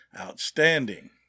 Outstanding